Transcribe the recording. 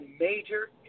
major